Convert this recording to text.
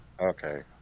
okay